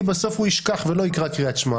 כי בסוף הוא ישכח ולא יקרא קריאת שמע.